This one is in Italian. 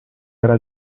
era